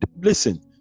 Listen